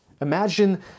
Imagine